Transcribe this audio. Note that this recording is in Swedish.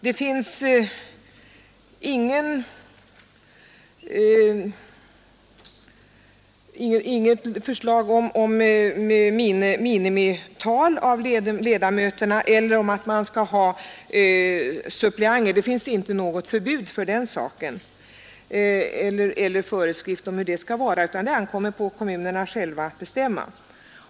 För fakultativa nämnder finns det inga bestämmel ande sammansättningen gäller detta också för ser om minimiantalet ledamöter, inget förbud mot att utse suppleanter och inga föreskrifter om hur det där skall vara ordnat. Det ankommer på kommunerna själva att bestämma den saken.